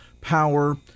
power